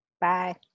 Bye